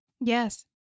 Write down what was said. Yes